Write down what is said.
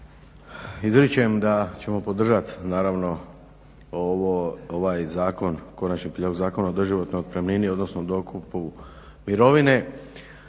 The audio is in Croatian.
izričem da ćemo podržati naravno ovaj zakon, Konačni prijedlog Zakona o doživotnoj otpremnini odnosno dokupu mirovine